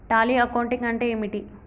Tally accounting అంటే ఏమిటి?